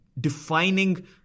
defining